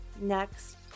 next